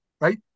right